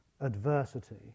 adversity